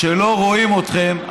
כשלא רואים אתכם,